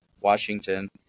Washington